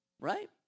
right